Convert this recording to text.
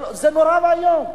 זה נורא ואיום.